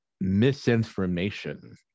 misinformation